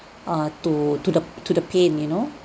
uh to to the to the pain you know